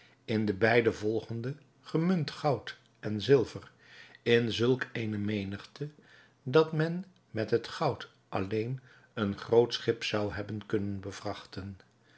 in de beide volgende gemunt goud en zilver in zulk eene menigte dat men met het goud alleen een groot schip zou hebben kunnen bevrachten